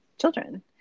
children